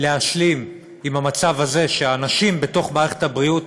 להשלים עם המצב הזה שאנשים בתוך מערכת הבריאות,